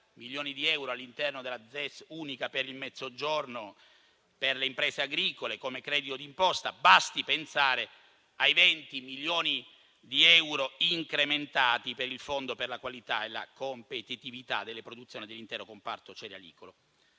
milioni di euro per la ZES unica per il Mezzogiorno per le imprese agricole come credito d'imposta. Basti pensare ai venti milioni di euro incrementati per il fondo per la qualità e la competitività della produzione dell'intero comparto cerealicolo.